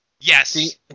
Yes